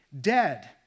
dead